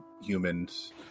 humans